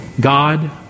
God